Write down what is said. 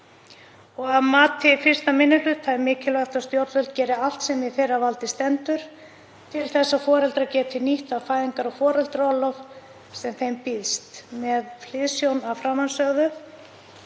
Að mati 1. minni hluta er mikilvægt að stjórnvöld geri allt sem í þeirra valdi stendur til þess að foreldrar geti nýtt það fæðingar- og foreldraorlof sem þeim býðst. Með hliðsjón af framansögðu